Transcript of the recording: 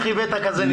איך הבאת כזה ניצחון.